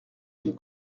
une